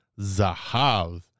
Zahav